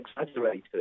exaggerated